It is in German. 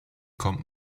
kommt